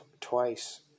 twice